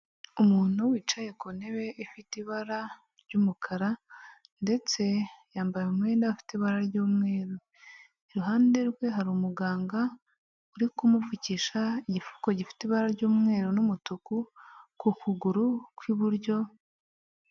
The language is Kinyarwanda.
Umuntu wicaye ku ntebe ifite ibara ry'umukara ndetse yambaye umwenda afite ibara ry'umweru iruhande rwe hari umuganga uri kumupfukisha igifuko gifite ibara ry'umweru n'umutuku ku kuguru kw'iburyo.